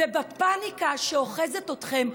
ובפניקה שאוחזת אתכם,